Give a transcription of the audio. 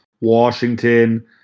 Washington